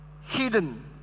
hidden